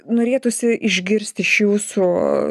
norėtųsi išgirst iš jūsų